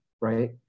right